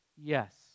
Yes